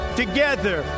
together